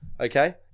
Okay